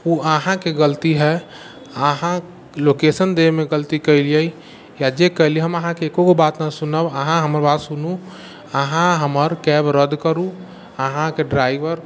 ओ आहाँ के गलती हय आहाँ लोकेशन दै मे गलती केलियै या जे केलियै हम आहाँके एको गो बात न सुनब आहाँ हमर बात सुनू आहाँ हमर कैब रद्द करू आहाँके ड्राइवर